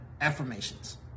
Affirmations